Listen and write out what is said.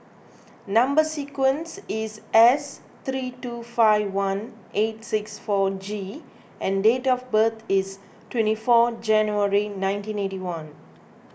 Number Sequence is S three two five one eight six four G and date of birth is twenty four January nineteen eighty one